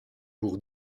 pour